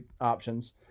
options